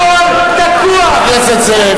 הכול תקוע, חבר הכנסת זאב.